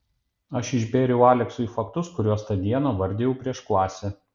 aš išbėriau aleksui faktus kuriuos tą dieną vardijau prieš klasę